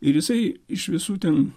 ir jisai iš visų ten